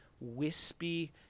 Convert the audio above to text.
wispy